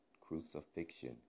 Crucifixion